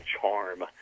charm